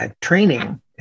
training